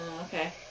Okay